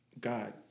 God